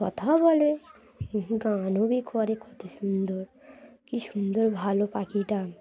কথাও বলে গানও করে কত সুন্দর কী সুন্দর ভালো পাখিটা